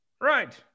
Right